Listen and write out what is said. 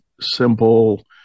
simple